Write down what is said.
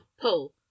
pull